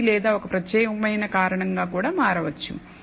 రద్దీ లేదా ఒక ప్రత్యేకమైన కారణంగా కూడా మారవచ్చు